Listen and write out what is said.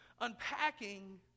unpacking